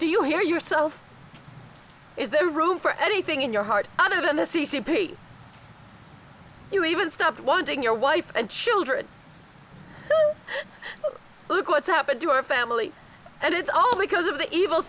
do you hear yourself is there room for anything in your heart other than the c c p you even stopped wanting your wife and children look what happened to our family and it's all because of the evil